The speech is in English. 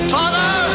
father